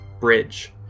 bridge